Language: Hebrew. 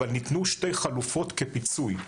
אבל ניתנו שתי חלופות כפיצוי.